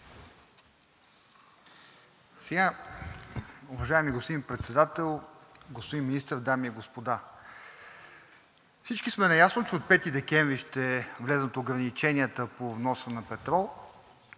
(ДБ): Уважаеми господин Председател, господин Министър, дами и господа, всички сме наясно, че от 5 декември ще влязат ограниченията по вноса на петрол